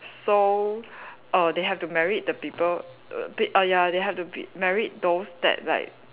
so err they have to married the people err p~ ah ya they have to p~ married those that like